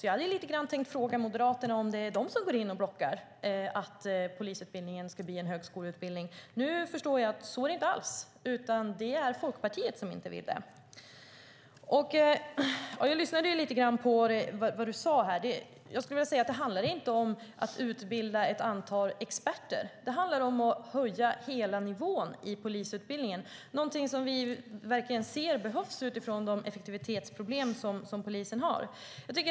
Jag hade tänkt fråga Moderaterna om det är de som blockerar att polisutbildningen ska bli en högskoleutbildning. Nu förstår jag att så inte alls är fallet, utan det är Folkpartiet som inte vill det. Jag lyssnade lite grann på vad du sade, Roger Haddad. Låt mig säga att det inte handlar om att utbilda ett antal experter. Det handlar om att höja nivån på hela polisutbildningen, något som vi anser verkligen behövs utifrån de effektivitetsproblem som polisen har.